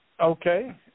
Okay